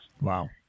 Wow